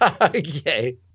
Okay